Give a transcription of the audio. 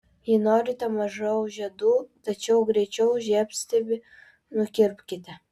jei norite mažiau žiedų tačiau greičiau žiedstiebį nukirpkite